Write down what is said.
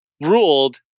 ruled